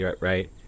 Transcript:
right